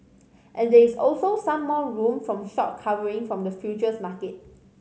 and there is also some more room from short covering from the futures market